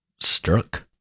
struck